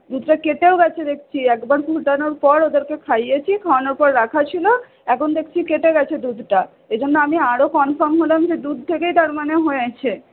দুধটা কেটেও গেছে দেখছি একবার ফুটানোর পর ওদেরকে খাইয়েছি খাওয়ানোর পর রাখা ছিল এখন দেখছি কেটে গেছে দুধটা এজন্য আমি আরও কনফার্ম হলাম যে দুধ থেকেই তার মানে হয়েছে